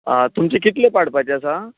आं तुमचे कितले पाडपाचे आसा